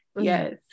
yes